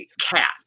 cats